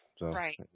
Right